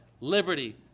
liberty